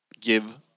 give